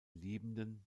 liebenden